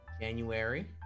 January